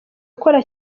ukorana